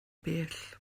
bell